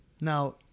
Now